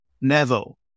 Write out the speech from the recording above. Neville